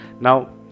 now